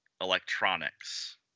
electronics